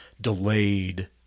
delayed